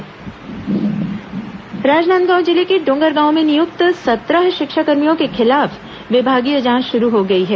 शिक्षाकर्मी जांच राजनांदगांव जिले के डोंगरगांव में नियुक्त सत्रह शिक्षाकर्मियों के खिलाफ विभागीय जांच शुरू हो गई है